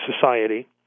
society